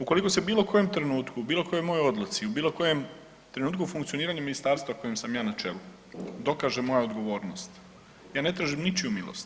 Ukoliko su u bilo koje trenutku, u bilo kojoj mojoj odluci, u bilo kojem trenutku funkcioniranja ministarstva kojem sam ja na čelu dokaže moja odgovornost ja ne tražim ničiju milost.